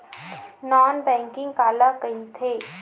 Non banking काला कइथे?